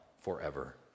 forever